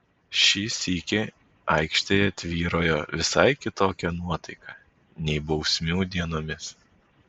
šį sykį aikštėje tvyrojo visai kitokia nuotaika nei bausmių dienomis